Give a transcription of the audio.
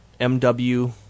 mw